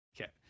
Okay